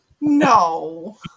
No